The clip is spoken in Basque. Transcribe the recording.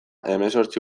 hemezortzi